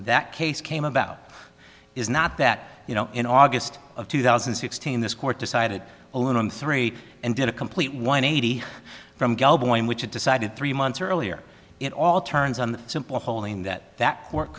that case came about is not that you know in august of two thousand and sixteen this court decided on three and did a complete one hundred eighty from gal boy which had decided three months earlier it all turns on the simple holding that that court